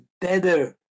better